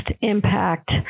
impact